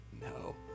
No